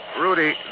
Rudy